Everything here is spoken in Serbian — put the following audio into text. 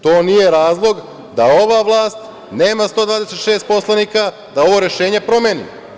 To nije razlog da ova vlast nema 126 poslanika da ovo rešenje promeni.